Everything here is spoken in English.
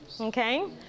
okay